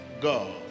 God